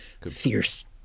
fierce